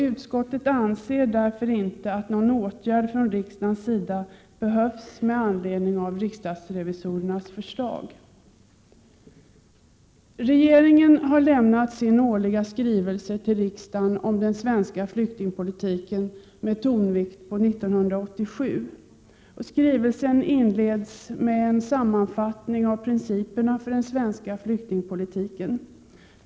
Utskottet anser därför inte att någon åtgärd från riksdagens sida behövs med anledning av riksdagsrevisorernas förslag. Regeringen har lämnat sin årliga skrivelse till riksdagen om den svenska flyktingpolitiken med tonvikt på 1987. Skrivelsen inleds med en sammanfattning av principerna för den svenska flyktingpolitiken.